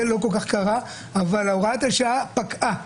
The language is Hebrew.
זה לא כל כך קרה והוראת השעה פקעה.